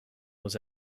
was